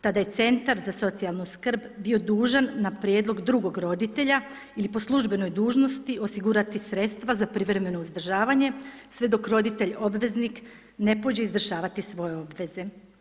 Tada je centar za socijalnu skrb bio dužan na prijedlog drugog roditelja ili po službenoj dužnosti osigurati sredstva za privremeno uzdržavanje sve dok roditelj obveznik ne pođe izvršavati svoje obveze.